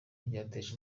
ryateje